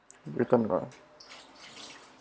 return [what]